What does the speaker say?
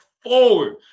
forward